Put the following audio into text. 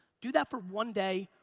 do that for one day,